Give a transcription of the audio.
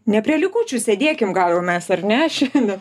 ne prie likučių sėdėkim gal jau mes ar ne šiandien